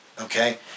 Okay